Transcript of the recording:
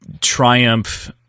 triumph